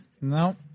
No